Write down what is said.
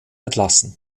entlassen